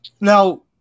now